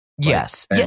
Yes